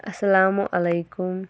اَسَلامُ علیکُم